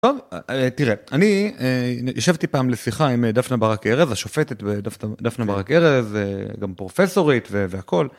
טוב, תראה, אני ישבתי פעם לשיחה עם דפנה ברק-ארז, השופטת דפנה ברק-ארז, גם פרופסורית והכל.